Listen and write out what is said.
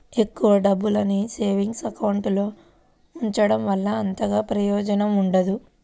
ఎక్కువ డబ్బుల్ని savings account లో ఉంచడం వల్ల అంతగా ప్రయోజనం ఉండదు